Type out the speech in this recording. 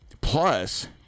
Plus